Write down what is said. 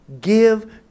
Give